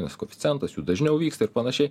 nes koeficientas jų dažniau vyksta ir panašiai